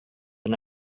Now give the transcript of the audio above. and